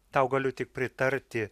tau galiu tik pritarti